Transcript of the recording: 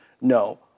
no